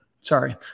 Sorry